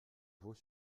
vaux